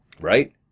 Right